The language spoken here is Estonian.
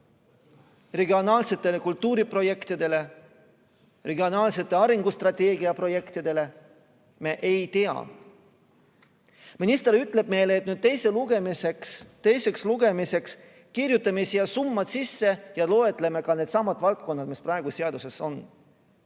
regionaalsetele kultuuriprojektidele, regionaalsetele arengustrateegia projektidele, me ei tea. Minister ütleb meile, et teiseks lugemiseks kirjutame need summad sisse ja loetleme ka needsamad valdkonnad, mis praegu seaduses on.